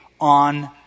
on